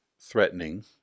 threatening